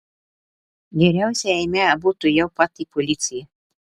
geriausiai eime abu tuojau pat į policiją